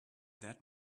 that